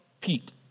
Pete